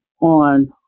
on